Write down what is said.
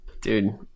Dude